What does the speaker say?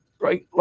Right